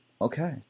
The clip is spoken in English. Okay